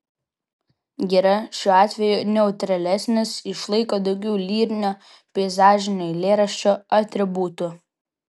gira šiuo atveju neutralesnis išlaiko daugiau lyrinio peizažinio eilėraščio atributų